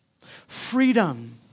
freedom